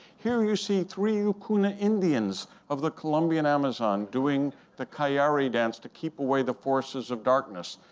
here you see three yucuna indians of the colombian amazon doing the kai-ya-ree dance to keep away the forces of darkness.